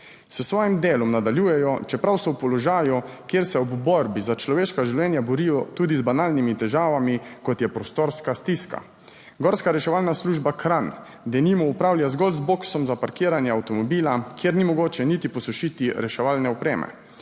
S svojim delom nadaljujejo, čeprav so v položaju, kjer se ob borbi za človeška življenja borijo tudi z banalnimi težavami kot je prostorska stiska. Gorska reševalna služba Kranj denimo upravlja zgolj z boksom za parkiranje avtomobila, kjer ni mogoče niti posušiti reševalne opreme,